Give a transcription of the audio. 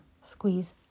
squeeze